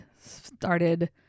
started